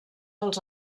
als